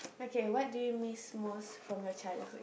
okay what do you miss most from your childhood